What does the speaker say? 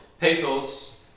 pathos